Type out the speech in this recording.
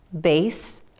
base